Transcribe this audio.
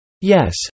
Yes